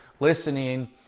listening